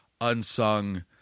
unsung